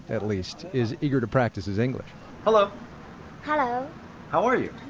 at least, is eager to practice his english hello hello how are you?